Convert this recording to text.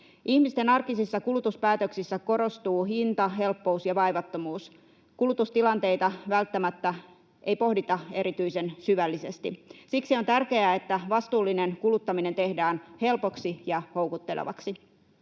Ihmisten arkisissa kulutuspäätöksissä korostuu hinta, helppous ja vaivattomuus. Kulutustilanteita ei välttämättä pohdita erityisen syvällisesti. Siksi on tärkeää, että vastuullinen kuluttaminen tehdään helpoksi ja houkuttelevaksi.